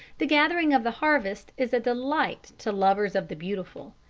the gathering of the harvest is a delight to lovers of the beautiful.